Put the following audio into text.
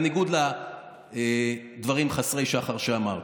בניגוד לדברים חסרי השחר שאמרת,